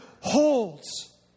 holds